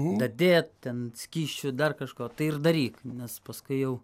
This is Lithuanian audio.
dadėt ten skysčių dar kažko tai ir daryk nes paskui jau